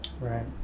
Right